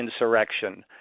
insurrection